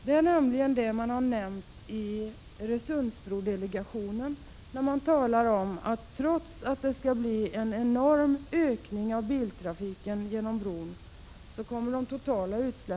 Det är nämligen en sådan åtgärd som man har nämnt i Öresundsbrodelegationen. Där säger man att de totala utsläppen inte kommer att bli så mycket högre trots en enorm ökning av biltrafiken genom brons tillkomst.